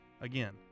Again